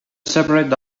separate